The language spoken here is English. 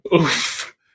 Oof